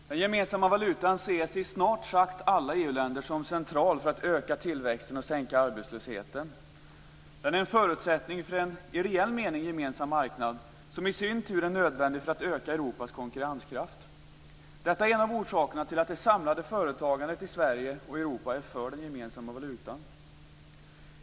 Herr talman! Den gemensamma valutan ses i snart sagt alla EU-länder som central för att öka tillväxten och sänka arbetslösheten. Den är en förutsättning för en i reell mening gemensam marknad, som i sin tur är nödvändig för att öka Europas konkurrenskraft. Detta är en av orsakerna till att det samlade företagandet i Sverige och Europa är för den gemensamma valutan.